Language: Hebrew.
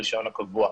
את הרישיון הקבוע.